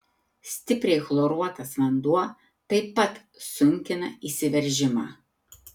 stipriai chloruotas vanduo taip pat sunkina įsiveržimą